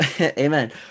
Amen